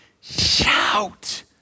shout